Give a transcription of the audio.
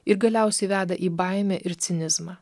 ir galiausiai veda į baimę ir cinizmą